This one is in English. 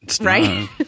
right